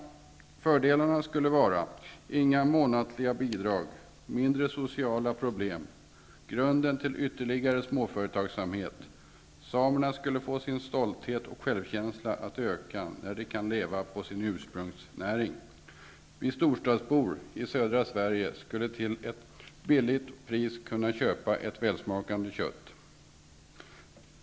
Fördelarna skulle vara: inga månatliga bidrag, mindre sociala problem och en grund för ytterligare småföretagsamhet. Samernas stolthet och självkänsla skulle öka då de kunde leva på sin ursprungsnäring och vi storstadsbor i södra Sverige skulle till ett lågt pris kunna köpa ett välsmakande kött.